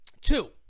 Two